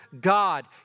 God